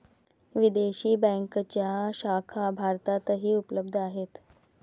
विदेशी बँकांच्या शाखा भारतातही उपलब्ध आहेत